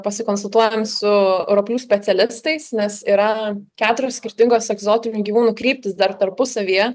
pasikonsultuojam su roplių specialistais nes yra keturios skirtingos egzotinių gyvūnų kryptys dar tarpusavyje